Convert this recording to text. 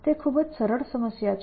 તે ખૂબ જ સરળ સમસ્યા છે